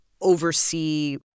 oversee –